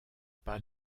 pas